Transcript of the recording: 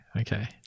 okay